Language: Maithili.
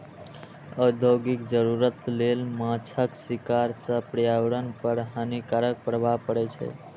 औद्योगिक जरूरत लेल माछक शिकार सं पर्यावरण पर हानिकारक प्रभाव पड़ै छै